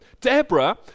Deborah